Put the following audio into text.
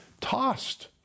tossed